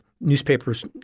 newspapers